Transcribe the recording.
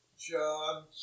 John